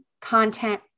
content